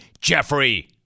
Jeffrey